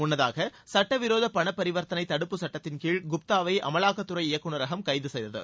முன்னதாக சட்டவிரோத பணப்பரிவர்த்தனை தடுப்புச் சட்டத்தின்கீழ் குப்தாவை அமலாக்கத்துறை இயக்குநகரம் கைது செய்தது